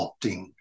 opting